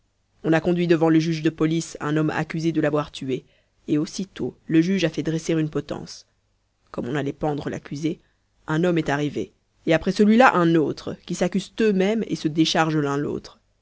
on a conduit devant le juge de police un homme accusé de l'avoir tué et aussitôt le juge a fait dresser une potence comme on allait pendre l'accusé un homme est arrivé et après celui-là un autre qui s'accusent eux-mêmes et se déchargent l'un l'autre